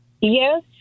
Yes